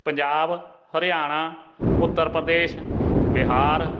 Punjab Haryana Uttar Pradesh Bihar